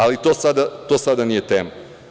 Ali, to sada nije tema.